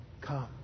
come